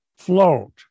float